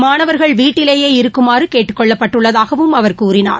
மாணவர்கள் வீட்டிலேயே இருக்குமாறு கேட்டுக் கொள்ளப் பட்டுள்ளதாகவும் அவர் கூறினார்